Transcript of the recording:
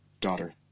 daughter